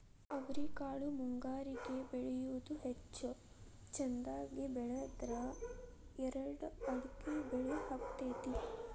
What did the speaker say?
ಅವ್ರಿಕಾಳು ಮುಂಗಾರಿಗೆ ಬೆಳಿಯುವುದ ಹೆಚ್ಚು ಚಂದಗೆ ಬೆಳದ್ರ ಎರ್ಡ್ ಅಕ್ಡಿ ಬಳ್ಳಿ ಹಬ್ಬತೈತಿ